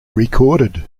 recorded